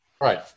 Right